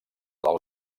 del